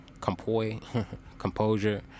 Composure